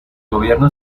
gobierno